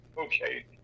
okay